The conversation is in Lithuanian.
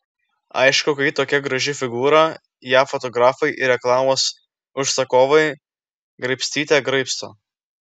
aišku kai tokia graži figūra ją fotografai ir reklamos užsakovai graibstyte graibsto